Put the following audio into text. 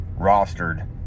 rostered